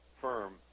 firm